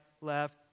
left